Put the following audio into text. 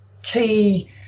Key